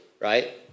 right